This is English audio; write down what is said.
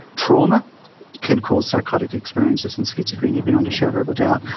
trauma can cause psychotic experiences and schizophrenia, beyond a shadow of a doubt.